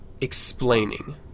explaining